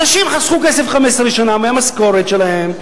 אנשים חסכו כסף 15 שנה מהמשכורת שלהם.